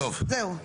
זהו.